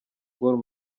gor